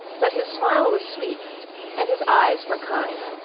but his smile was sweet and his eyes were kind.